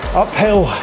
uphill